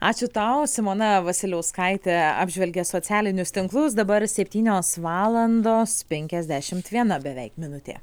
ačiū tau simona vasiliauskaitė apžvelgė socialinius tinklus dabar septynios valandos penkiasdešimt viena beveik minutė